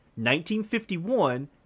1951